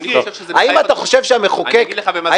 אני אגיד לך במה זה מחייב אותך.